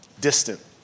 distant